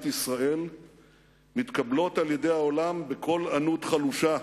ישראל מתקבלות על-ידי העולם בקול ענות חלושה,